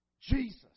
Jesus